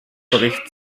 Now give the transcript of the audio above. bericht